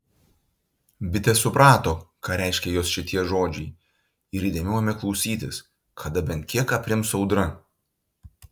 bitė suprato ką reiškia jos šitie žodžiai ir įdėmiau ėmė klausytis kada bent kiek aprims audra